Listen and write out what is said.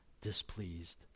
displeased